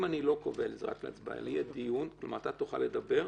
אם אני לא קובע את זה רק להצבעה ויהיה דיון ואתה תוכל לדבר,